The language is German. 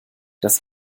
das